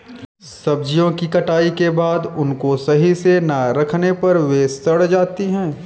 सब्जियों की कटाई के बाद उनको सही से ना रखने पर वे सड़ जाती हैं